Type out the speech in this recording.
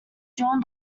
drawn